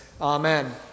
Amen